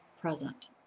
present